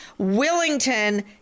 Willington